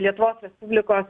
lietuvos respublikos